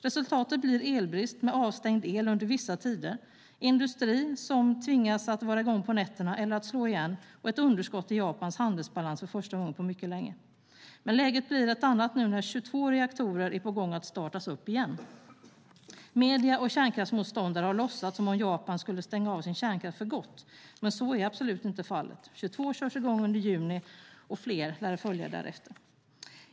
Resultatet blir elbrist med avstängd el under vissa tider och en industri som tvingas vara i gång på nätterna eller slå igen och ett underskott i Japans handelsbalans för första gången på mycket länge. Läget blir ett annat nu när 22 reaktorer är på gång att startas igen. Medier och kärnkraftsmotståndare har låtsats som om Japan skulle stänga av sin kärnkraft för gott, men så är absolut inte fallet. 22 reaktorer körs i gång under juni, och fler lär följa därefter.